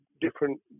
different